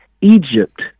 Egypt